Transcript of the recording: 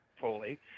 fully